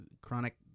Chronic